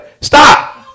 Stop